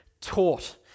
taught